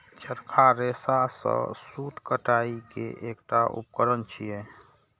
चरखा रेशा सं सूत कताइ के एकटा उपकरण छियै